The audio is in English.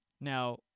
Now